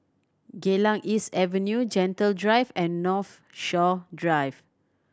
Geylang East Avenue Gentle Drive and Northshore Drive